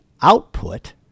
output